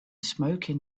smoking